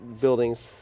buildings